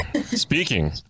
Speaking